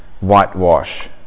whitewash